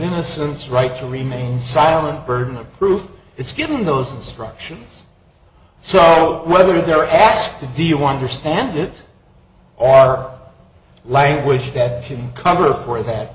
innocence right to remain silent burden of proof it's given those instructions so whether they're asked to do you want your standards or our language that can cover for that